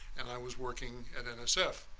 and i was working at and so nsf.